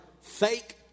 fake